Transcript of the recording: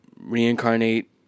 reincarnate